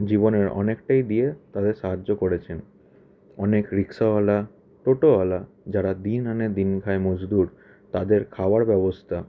জীবনের অনেকটাই দিয়ে তাদের সাহায্য করেছেন অনেক রিক্সাওয়ালা টোটোওয়ালা যারা দিন আনে দিন খায় মজদুর তাদের খাওয়ার ব্যবস্থা